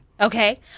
Okay